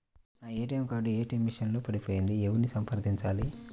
నా ATM card ATM machine లో పడిపోయింది ఎవరిని సంప్రదించాలి?